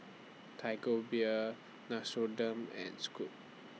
Tiger Beer Nixoderm and Scoot